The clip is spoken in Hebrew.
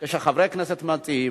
כשחברי כנסת מציעים,